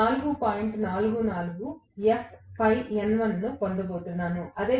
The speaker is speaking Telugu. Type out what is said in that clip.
మరియు అదేవిధంగా